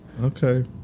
Okay